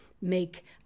make